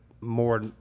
more